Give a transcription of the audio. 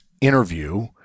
interview